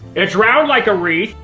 it's round like a wreath.